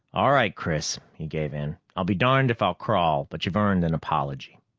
all right, chris, he gave in. i'll be darned if i'll crawl, but you've earned an apology.